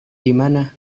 dimana